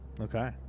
Okay